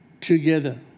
together